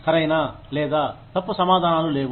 సరైన లేదా తప్పు సమాధానాలు లేవు